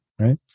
right